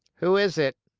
who is it?